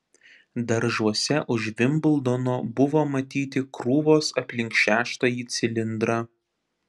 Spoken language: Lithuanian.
daržuose už vimbldono buvo matyti krūvos aplink šeštąjį cilindrą